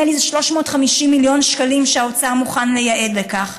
נדמה לי שזה 350 מיליון שקלים שהאוצר מוכן לייעד לכך.